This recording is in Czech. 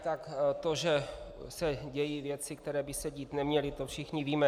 Tak to, že se dějí věci, které by se dít neměly, to všichni víme.